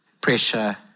pressure